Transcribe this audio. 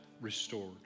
restored